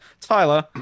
Tyler